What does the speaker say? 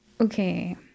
Okay